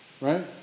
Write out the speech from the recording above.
right